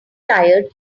tired